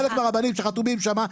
חלק מהרבנים שחתומים שם,